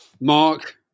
Mark